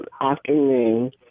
afternoon